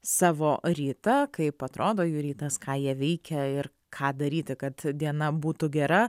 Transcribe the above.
savo rytą kaip atrodo jų rytas ką jie veikia ir ką daryti kad diena būtų gera